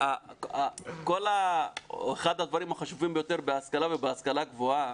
אחד הדברים החשובים ביותר בהשכלה ובהשכלה גבוהה